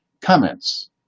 comments